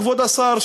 כבוד השר,